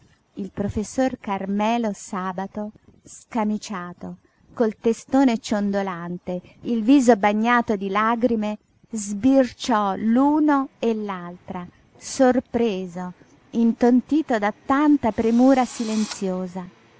il professor carmelo sabato scamiciato col testone ciondolante il viso bagnato di lagrime sbirciò l'uno e l'altra sorpreso intontito da tanta premura silenziosa